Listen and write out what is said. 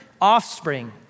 offspring